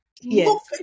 Yes